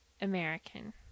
American